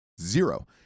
Zero